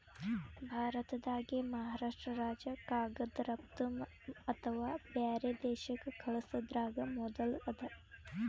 ಭಾರತ್ದಾಗೆ ಮಹಾರಾಷ್ರ್ಟ ರಾಜ್ಯ ಕಾಗದ್ ರಫ್ತು ಅಥವಾ ಬ್ಯಾರೆ ದೇಶಕ್ಕ್ ಕಲ್ಸದ್ರಾಗ್ ಮೊದುಲ್ ಅದ